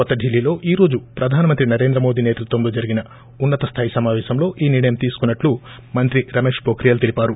కొత్త డిల్లీలో ఈరోజు ప్రధానమంత్రి నరేంద్ర మోడీ సేతృత్వంలో జరిగిన ఉన్నత స్థాయి సమాపేశంలో ఈ నిర్ణయం తీసుకున్నట్లు మంత్రి రమేశ్ పోఖ్రియాల్ తెలిపారు